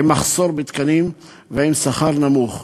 עם מחסור בתקנים ועם שכר נמוך,